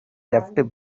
left